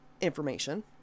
information